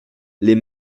les